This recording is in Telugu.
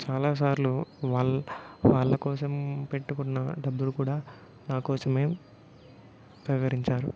చాలా సార్లు వాళ వాళ్ళ కోసం పెట్టుకున్న డబ్బులు కూడా నా కోసమే పెవరించారు